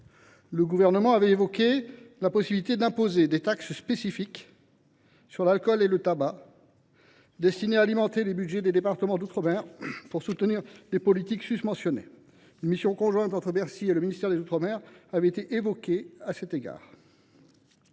le Gouvernement a évoqué la possibilité d’imposer des taxes spécifiques sur l’alcool et le tabac pour alimenter les budgets des départements d’outre mer et soutenir les politiques susmentionnées. À cet égard, une mission conjointe entre Bercy et le ministère des outre mer a été évoquée. De plus,